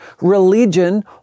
religion